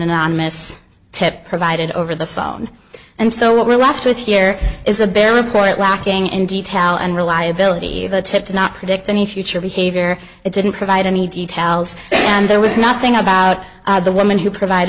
anonymous tip provided over the phone and so what we're left with here is a bare report lacking in detail and reliability of a tip to not predict any future behavior it didn't provide any details and there was nothing about the woman who provide